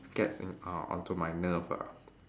gets in uh onto my nerve ah